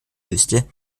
wüste